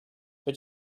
but